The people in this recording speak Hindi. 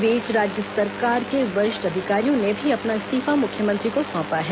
इस बीच राज्य सरकार के वरिष्ठ अधिकारियों ने भी अपना इस्तीफा मुख्यमंत्री को सौंपा है